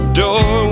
door